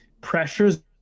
pressures